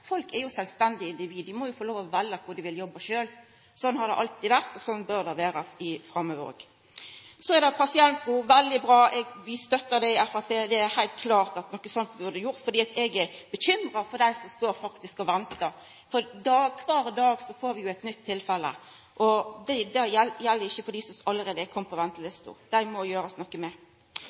Folk er jo sjølvstendige individ. Dei må jo få lov å velja kor dei vil jobba sjølve. Sånn har det alltid vore, og sånn bør det vera framover òg. Så er det pasientbru: Det er veldig bra. Vi støttar det i Framstegspartiet. Det er heilt klart at noko sånt burde vore gjort, for eg er bekymra for dei som står og ventar, for kvar dag får vi jo eit nytt tilfelle. Det gjeld ikkje for dei som allereie er komne på ventelista. Dei må det gjerast noko med.